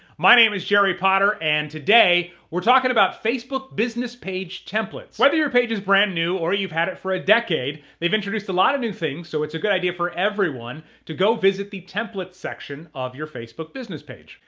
my name is jerry potter and today, we're talking about facebook business page templates. whether your page is brand new or you've had it for a decade, they've introduced a lot of new things so it's a good idea for everyone to go visit the templates section of your facebook business page.